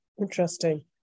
Interesting